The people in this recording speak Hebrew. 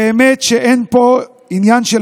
באמת שאין פה עניין של